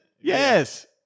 Yes